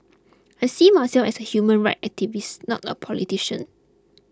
I see myself as a human rights activist not a politician